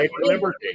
Liberty